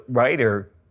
writer